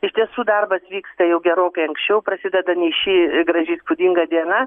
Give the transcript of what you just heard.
iš tiesų darbas vyksta jau gerokai anksčiau prasideda nei ši graži įspūdinga diena